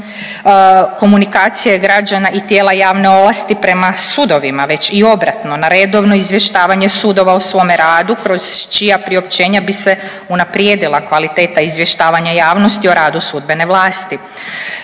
komunikacije građana i tijela javne ovlasti prema sudovima već i obratno, na redovno izvještavanje sudova o svome radu kroz čija priopćenja bi se unaprijedila kvaliteta izvještavanja javnosti i radu sudbene vlasti.